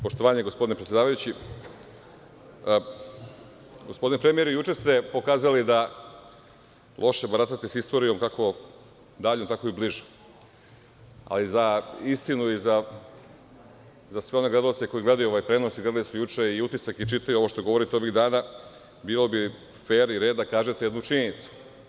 Poštovani predsedavajući, gospodine premijeru, juče ste pokazali da loše baratate sa istorijom, kako daljom, tako i bližom, ali i za istinu i za sve one gledaoce koji gledaju ovaj prenos, i gledali su juče „Utisak“ i čitaju ovo što vi govorite ovih dana, bio bi fer i red da kažete jednu činjenicu.